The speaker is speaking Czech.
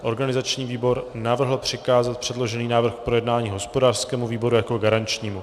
Organizační výbor navrhl přikázat předložený návrh k projednání hospodářskému výboru jako garančnímu.